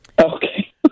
Okay